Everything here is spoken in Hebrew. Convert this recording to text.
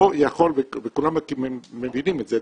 וכולם מבינים את זה,